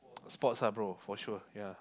sports lah bro for sure ya